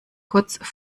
kurz